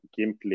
gameplay